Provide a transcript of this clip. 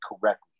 correctly